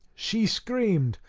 she screamed,